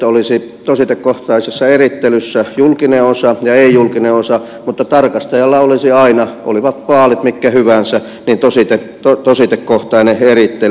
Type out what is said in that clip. olisi tositekohtaisessa erittelyssä julkinen osa ja ei julkinen osa mutta tarkastajalla olisi aina olivatpa vaalit mitkä hyvänsä tositekohtainen erittely